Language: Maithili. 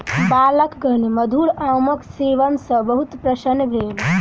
बालकगण मधुर आमक सेवन सॅ बहुत प्रसन्न भेल